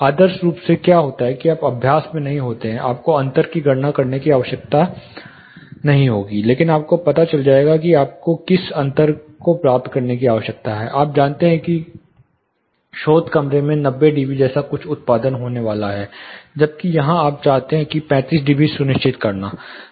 आदर्श रूप से क्या होता है आप अभ्यास में नहीं होंगे आपको अंतर की गणना करने की आवश्यकता नहीं होगी लेकिन आपको पता चल जाएगा कि आपको किस अंतर को प्राप्त करने की आवश्यकता है आप जानते हैं कि स्रोत कमरे में 90 डीबी जैसे कुछ का उत्पादन होने जा रहा है जबकि यहां आप चाहते हैं 35 DB सुनिश्चित करने के लिए